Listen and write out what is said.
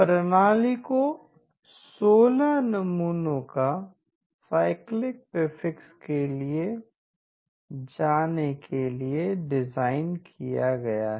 प्रणाली को 16 नमूनों का साइक्लिक प्रीफिक्स ले जाने के लिए डिज़ाइन किया गया है